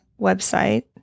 website